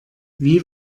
wie